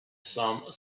some